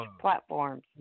platforms